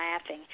laughing